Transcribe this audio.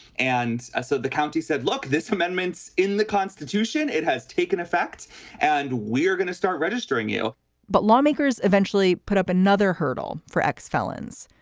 and ah so the county said, look, this amendments in the constitution, it has taken effect and we're going to start registering you but lawmakers eventually put up another hurdle for ex-felons.